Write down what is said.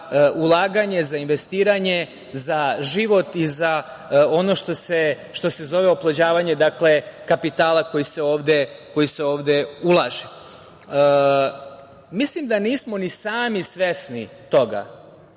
za ulaganja, za investiranje, za život i za ono što se zove oplođavanje kapitala koji se ovde ulaže. Mislim da nismo ni sami svesni toga